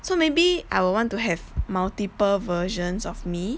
so maybe I would want to have multiple versions of me